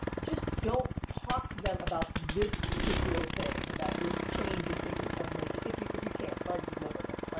just don't talk to them about this particular thing, about this change you're thinking of making. if you if you can't sort of part, live with them, right?